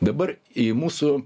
dabar į mūsų